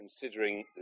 considering